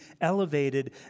elevated